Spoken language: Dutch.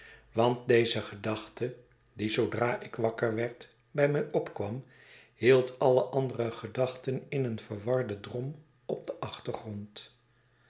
want deze gedachte die zoodra ik wakker werd bij mij opkwam hield alle andere gedachten in een verwarden drotn op den achtergrond